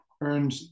earned